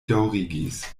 daŭrigis